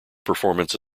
performance